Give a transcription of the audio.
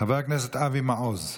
חבר הכנסת אבי מעוז,